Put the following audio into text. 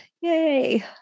Yay